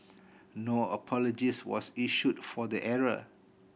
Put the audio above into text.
no apologies was issued for the error